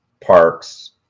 parks